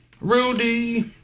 Rudy